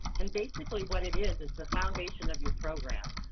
and basically what it is is the foundation of your program.